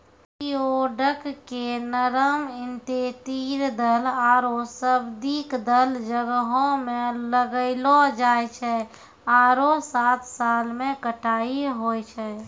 geoduck के नरम intertidal आरो सब्तिदल जग्हो में लगैलो जाय छै आरो सात साल में कटाई होय छै